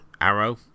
Arrow